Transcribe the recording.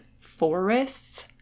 forests